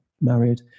married